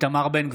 איתמר בן גביר,